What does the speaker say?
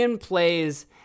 plays